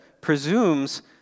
presumes